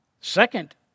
Second